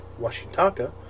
Washitaka